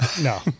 No